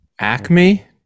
Acme